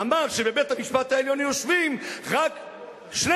אמר שבבית-המשפט העליון יושבים רק 12